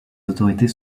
autorités